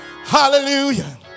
hallelujah